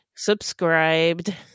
subscribed